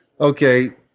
okay